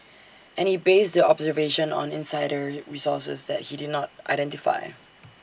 and he based the observation on insider resources that he did not identify